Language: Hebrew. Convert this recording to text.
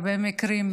הרבה מקרים,